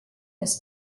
this